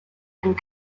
and